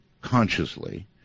consciously